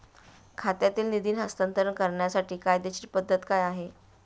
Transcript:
खात्यातील निधी हस्तांतर करण्याची कायदेशीर पद्धत काय आहे?